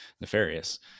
nefarious